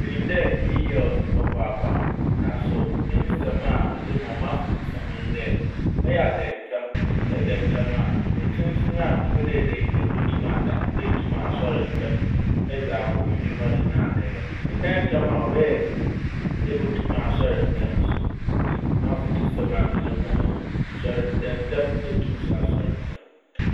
Minim dɛ iyi yɛ wo dzen papaapa. Naaso me nsɛm a medze rema wo, m'afotusɛm nye dɛ, ɔyɛ a da ntsɛm. Sɛ eda ntsɛm a mber tsentsen a epɛ dɛ eda nyinaa no ebotum ada na etum asoɛr ntsɛm na edze akɔ wo ndwuma do na akɛyɛ. Annda ntsɛm a, ɔbɛyɛ dzen dɛ ebotum asoɛr ntsɛm so. Ntsi, m'afotusɛm a medze rema wo nyi. Soɛr - da ntsɛm na etum so asoɛr ntsɛm.